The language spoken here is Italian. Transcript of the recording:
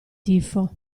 tifo